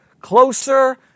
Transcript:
closer